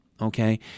Okay